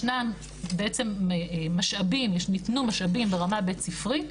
ישנם בעצם משאבים שניתנו ברמה הבית ספרית,